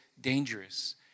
dangerous